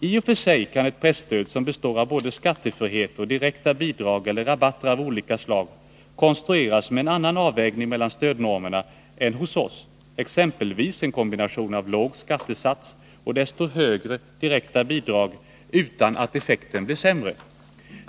I och för sig kan ett presstöd som består av både skattefrihet och direkta bidrag eller rabatter av olika slag konstrueras med en annan avvägning mellan stödnormerna än hos oss, exempelvis en kombination av låg skattesats och desto högre direkta bidrag, utan att effekten blir sämre.